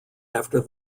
after